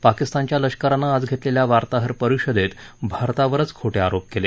पाकिस्तानच्या लष्करानं आज धेतलेल्या वार्ताहर परिषदेत भारतावरच खोटे आरोप केले